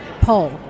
poll